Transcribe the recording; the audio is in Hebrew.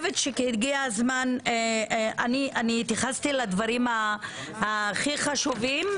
אני התייחסתי לדברים הכי חשובים,